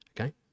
Okay